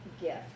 gift